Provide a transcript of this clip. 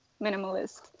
minimalist